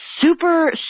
super